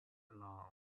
along